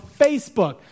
Facebook